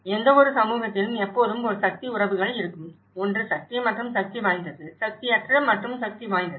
எந்தவொரு சமூகத்திலும் எப்போதும் ஒரு சக்தி உறவுகள் இருக்கும் ஒன்று சக்தி மற்றும் சக்தி வாய்ந்தது சக்தியற்ற மற்றும் சக்திவாய்ந்தது